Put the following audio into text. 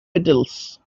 petals